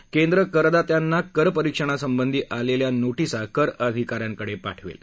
हे केंद्र करदात्यांना कर परिक्षणासंबंधी आलेल्या नोटिसा कर अधिकाऱ्यांकडे पाठवेल